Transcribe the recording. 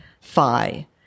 Phi